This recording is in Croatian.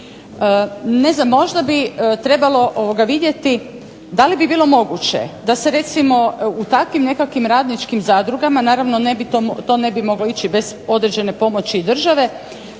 Ne znam, možda bi trebalo vidjeti da li bi bilo moguće da se recimo u takvim nekakvim radničkim zadrugama, naravno ne bi to, to ne bi moglo ići bez određene pomoći države,